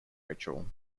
ritual